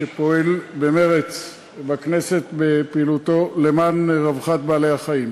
שפועל במרץ בכנסת למען רווחת בעלי-החיים.